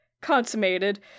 consummated